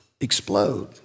explode